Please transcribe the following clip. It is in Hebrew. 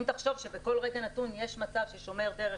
אם תחשוב שבכל רגע נתון יש מצב ששומר דרך